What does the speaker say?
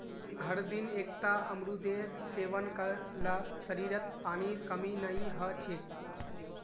हरदिन एकता अमरूदेर सेवन कर ल शरीरत पानीर कमी नई ह छेक